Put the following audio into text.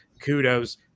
Kudos